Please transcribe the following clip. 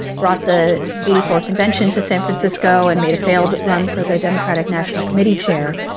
brought the eighty four convention to san francisco and made a failed run for the democratic national committee chair.